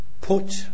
put